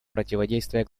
противодействия